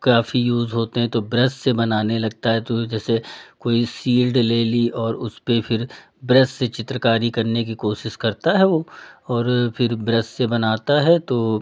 काफ़ी यूज़ होते हैं तो ब्रश से बनाने लगता है तो जैसे कोई सील्ड ले ली और उसपे फिर ब्रश से चित्रकारी करने की कोशिश करता है वो और फिर ब्रश से बनाता है तो